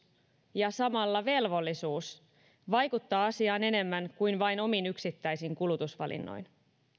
ja samalla velvollisuus vaikuttaa asiaan enemmän kuin vain omin yksittäisin kulutusvalinnoin